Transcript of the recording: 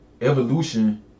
evolution